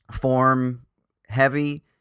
form-heavy